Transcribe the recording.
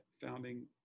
founding